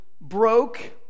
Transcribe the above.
broke